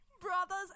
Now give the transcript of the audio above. Brothers